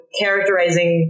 characterizing